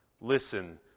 Listen